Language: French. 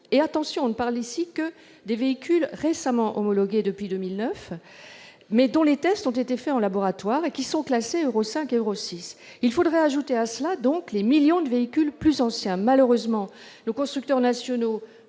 Et l'on ne parle ici que des véhicules homologués depuis 2009, mais dont les tests ont été faits en laboratoire et qui sont classés Euro 5 et Euro 6. Il faudrait donc leur ajouter des millions de véhicules plus anciens. Malheureusement, nos constructeurs nationaux